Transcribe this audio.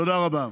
תודה רבה.